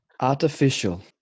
Artificial